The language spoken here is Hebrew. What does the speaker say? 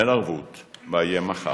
אין ערבות מה יהיה מחר.